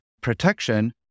protection